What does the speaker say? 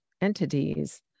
entities